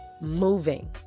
moving